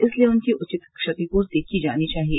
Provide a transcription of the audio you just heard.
इसलिए उनकी उचित क्षतिपूर्ति की जानी चाहिए